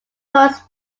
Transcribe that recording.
post